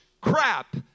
crap